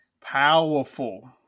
powerful